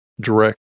direct